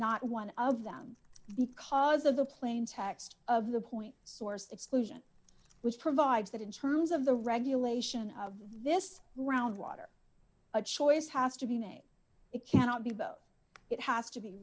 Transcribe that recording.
not one of them because of the plaintext of the point source exclusion which provides that in terms of the regulation of this ground water a choice has to be made it cannot be both it has to be